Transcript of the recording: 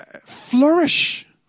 flourish